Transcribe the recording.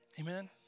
Amen